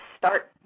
start